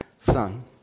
Son